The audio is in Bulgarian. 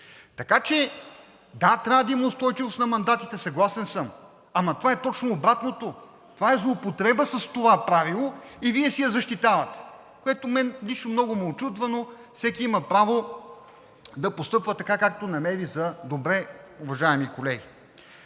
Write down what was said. Така че, да, трябва да има устойчивост на мандатите – съгласен съм, но това е точно обратното. Това е злоупотреба с това правилото и Вие си я защитавате, което мен лично много ме учудва, но всеки има право да постъпва така, както намери за добре, уважаеми колеги.